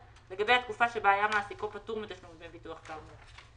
לגבי התקופה שבה היה מעסיקו פטור מתשלום דמי ביטוח כאמור.